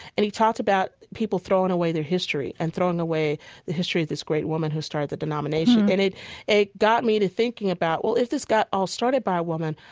and he talked about people throwing away their history and throwing away the history of this great woman who started the denomination. and it got me to thinking about, well, if this got all started by a woman,